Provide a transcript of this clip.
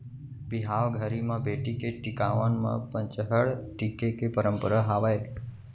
बिहाव घरी म बेटी के टिकावन म पंचहड़ टीके के परंपरा हावय